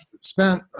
spent